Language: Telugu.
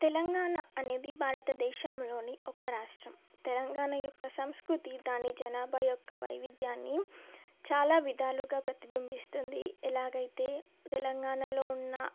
తెలంగాణ అనేది భారతదేశంలోని ఒక రాష్ట్రం తెలంగాణ యొక్క సంస్కృతి దాని జనాభా యొక్క వైవిధ్యాన్ని చాలా విధాలుగా ప్రతిబింబిస్తుంది ఎలాగైతే తెలంగాణలో ఉన్న